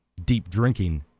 deep drinking,